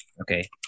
Okay